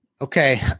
Okay